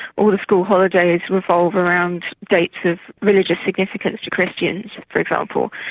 all the school holidays revolve around dates of religions significance to christians for example,